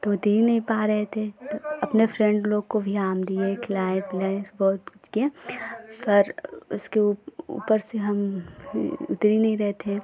तो दे नहीं पा रहे थे तो अपने फ़्रेंड लोग को भी आम दिए खिलाए पिलाए उसको पूछ कर पर उसके उप ऊपर से हम उतर ही नहीं रहे थे